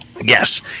Yes